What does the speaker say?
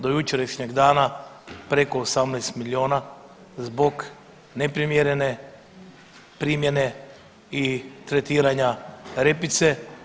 Do jučerašnjeg dana do 18 milijuna zbog neprimjerene primjene i tretiranja repice.